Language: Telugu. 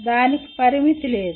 దానికి పరిమితి లేదు